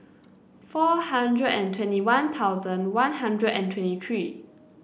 four hundred and twenty One Thousand One Hundred and twenty three